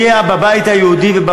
בחוק שפוגע בבית היהודי, אין להם חשבון.